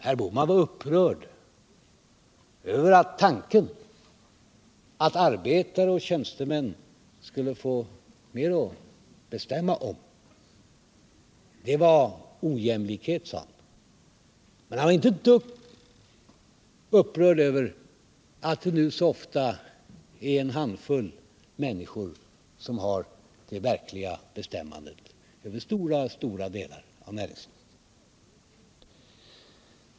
Herr Bohman var upprörd över tanken att arbetare och tjänstemän skulle få mer att bestämma om. Det var ojämlikhet, sade han, men han var inte ett dugg upprörd över att det nu så ofta är en handfull människor som har det verkliga bestämmandet över stora delar av näringslivet.